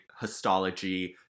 histology